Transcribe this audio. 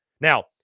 Now